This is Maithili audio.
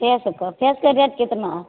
केस ओकर केसके रेट केतना